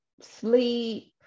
sleep